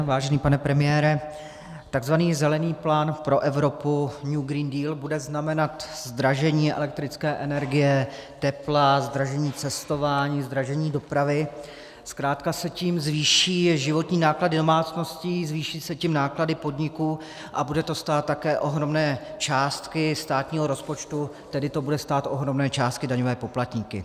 Vážený pane premiére, takzvaný Zelený plán pro Evropu, New Green Deal, bude znamenat zdražení elektrické energie, tepla, zdražení cestování, zdražení dopravy, zkrátka se tím zvýší životní náklady domácností, zvýší se tím náklady podniků a bude to stát také ohromné částky státního rozpočtu, tedy to bude stát ohromné částky daňové poplatníky.